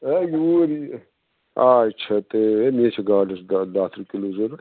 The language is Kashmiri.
ہے یوٗرۍ یہِ آ چھ تہٕ مےٚ چھِ گاڈَس دَہ دَہ تٕرٛہ کِلوٗ ضروٗرت